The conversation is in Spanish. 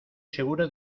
segura